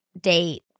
date